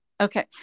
okay